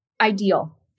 ideal